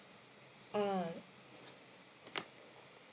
ah